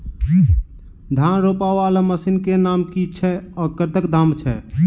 धान रोपा वला मशीन केँ नाम की छैय आ कतेक दाम छैय?